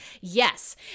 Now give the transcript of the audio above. Yes